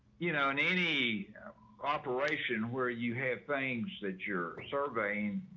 you know, in any operation where you have things that you're surveying,